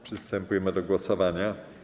Przystępujemy do głosowania.